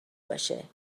باشه